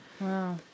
Wow